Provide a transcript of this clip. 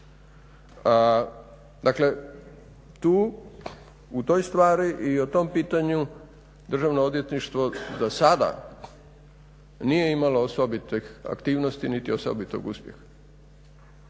Dakle tu u toj stvari i o tom pitanju Državno odvjetništvo za sada nije imalo osobitih aktivnosti niti osobitog uspjeha.